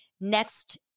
next